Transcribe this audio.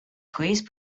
please